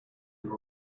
you